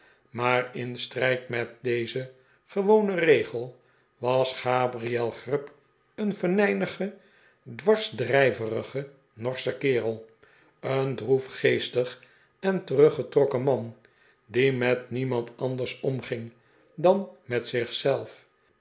maar in strijd met dezen gewonen regel was gabriel grub een venijnige dwarsdrijverige norsche kerel een droefgeestig en teruggetrokken man die met niemand anders omging dan met